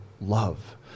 love